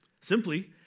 Simply